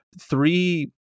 three